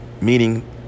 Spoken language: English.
meaning